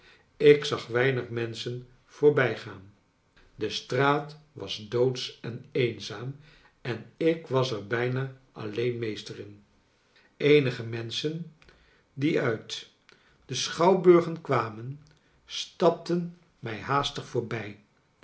ik zag weinig menschen voorbijgaan de straat was doodsch en eenzaam en ik was er bijna alleen meester in eenige menschen die uit de schouwburgen kwamen stapten mij haastig voorbij